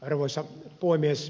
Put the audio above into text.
arvoisa puhemies